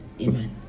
amen